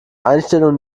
einstellung